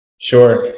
sure